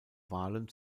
wahlen